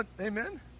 amen